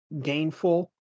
gainful